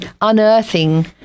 unearthing